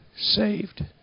Saved